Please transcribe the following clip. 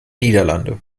niederlande